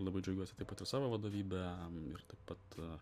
labai džiaugiuosi taip pat ir savo vadovybe ir taip pat